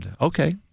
okay